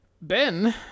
Ben